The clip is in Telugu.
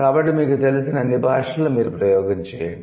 కాబట్టి మీకు తెలిసిన అన్ని భాషలలో మీరు ప్రయోగం చేయండి